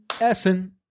Essen